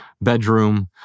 bedroom